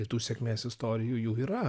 tai tų sėkmės istorijų jų yra